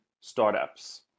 startups